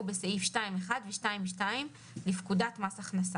בסעיף 2(1) ו-2(2) לפקודת מס הכנסה,